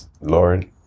Lord